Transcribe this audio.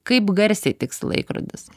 kaip garsiai tiksi laikrodis